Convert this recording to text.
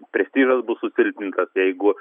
prestižas bus susilpnintas jeigu